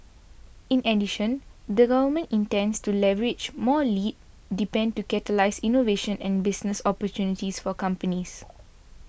in the Government intends to leverage more lead depend to catalyse innovation and business opportunities for companies